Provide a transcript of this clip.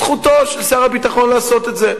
זכותו של שר הביטחון לעשות את זה,